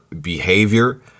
behavior